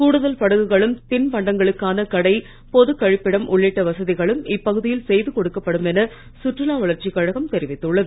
கூடுதல் படகுகளும் திண்பண்டங்களுக்கான கடை பொது கழிப்பிடம் உள்ளிட்ட வசதிகளும் இப்பகுதியில் செய்து கொடுக்கப்படும் என சுற்றுலா வளர்ச்சி கழகம் தெரிவித்துள்ளது